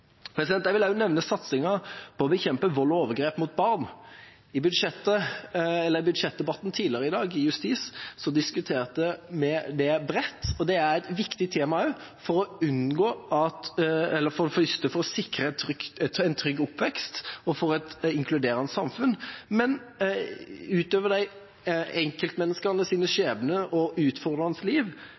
Jeg vil også nevne satsingen på å bekjempe vold og overgrep mot barn. I budsjettdebatten tidligere i dag, innen justis, diskuterte vi det bredt, og det er et viktig tema også for å sikre en trygg oppvekst og for et inkluderende samfunn. Men utover de enkeltmenneskenes skjebner og utfordrende liv,